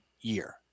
year